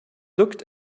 looked